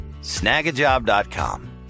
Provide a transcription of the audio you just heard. Snagajob.com